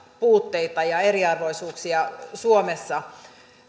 puutteita ja eriarvoisuuksia suomessa